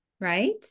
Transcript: Right